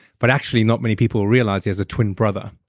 but actually, not many people realize he has a twin brother.